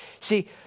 See